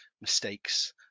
mistakes